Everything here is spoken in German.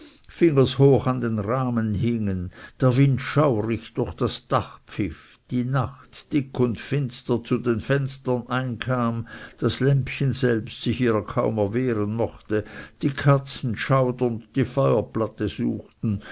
fingershoch an den rahmen hingen der wind schaurig durch das dach pfiff die nacht dick und finster zu den fenstern ein kam das lämpchen selbst sich ihrer kaum erwehren mochte die katzen schaudernd die feuerplatte suchten